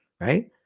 Right